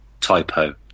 Typo